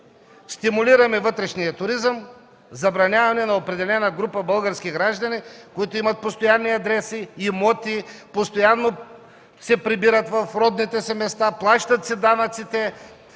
Стимулираме вътрешния туризъм, забраняваме на определена група български граждани, които имат постоянни адреси, имоти, постоянно се прибират в родните си места, плащат си данъците,